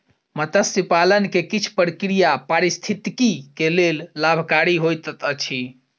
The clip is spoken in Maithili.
मत्स्य पालन के किछ प्रक्रिया पारिस्थितिकी के लेल लाभकारी होइत अछि